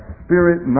spirit